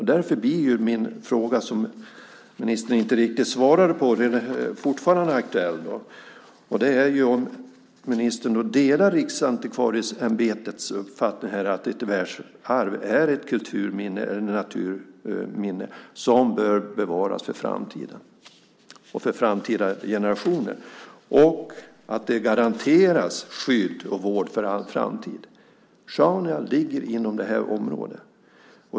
Därför är min fråga, som ministern inte riktigt svarade på, fortfarande aktuell: Delar ministern Riksantikvarieämbetets uppfattning att ett världsarv är ett kulturminne eller ett naturminne som bör bevaras för framtiden och för framtida generationer och att det ska garanteras skydd och vård för all framtid? Sjaunja ligger inom det här området.